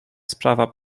sprawa